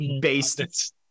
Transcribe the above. based